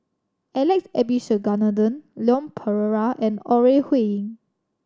Alex Abisheganaden Leon Perera and Ore Huiying